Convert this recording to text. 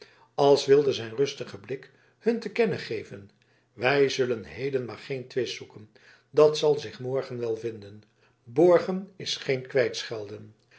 als wilde zijn rustige blik hun te kennen geven wij zullen heden maar geen twist zoeken dat zal zich morgen wel vinden borgen is geen